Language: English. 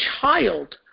child